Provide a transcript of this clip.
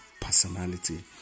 personality